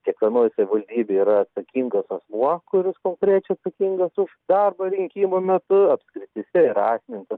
ir kiekvienoj savivaldybėj yra atsakingas asmuo kuris konkrečiai atsakingas už darbą rinkimų metu apskrityse ir asmenys